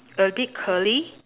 a bit curly